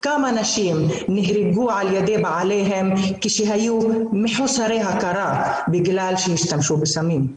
כמה נשים נהרגו על ידי בעליהם כשהיו מחוסרי הכרה בגלל שהשתמשו בסמים?